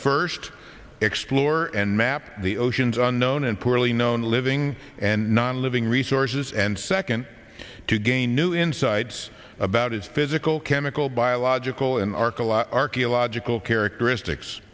first explore and map the oceans unknown and poorly known living and non living resources and second to gain new insights about its physical chemical biological and our collage archaeological characteristics